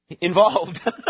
involved